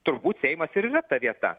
turbūt seimas ir yra ta vieta